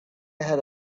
ahead